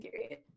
period